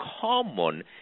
common